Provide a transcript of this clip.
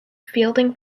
fielding